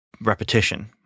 repetition